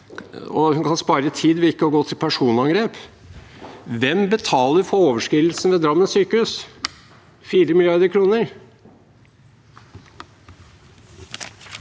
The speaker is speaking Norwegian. og hun kan spare tid ved ikke å gå til personangrep: Hvem betaler for overskridelsene ved Drammen sykehus, 4 mrd. kr?